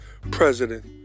president